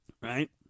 right